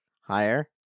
Higher